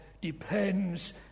depends